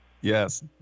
Yes